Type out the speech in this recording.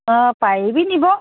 অ পাৰিবি নিব